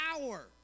power